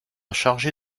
chargé